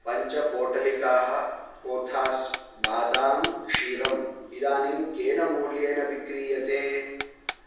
पञ्च पोटलिकाः कोथास् बादाम् क्षीरम् इदानीं केन मूल्येन विक्रीयते